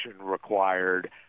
required